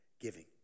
giving